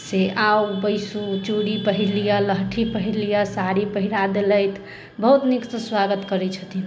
से आउ बैसू चूड़ी पहिर लिअ लहठि पहिर लिअ साड़ी पहिरा देलथि बहुत नीकसँ स्वागत करै छथिन